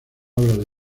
obras